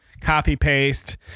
copy-paste